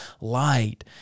light